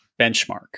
benchmark